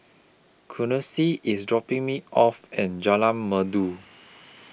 Quincy IS dropping Me off and Jalan Merdu